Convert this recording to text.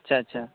ᱟᱪᱪᱷᱟ ᱟᱪᱪᱷᱟ